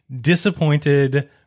disappointed